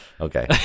Okay